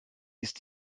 ist